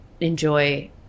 enjoy